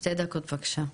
שתי דקות בבקשה,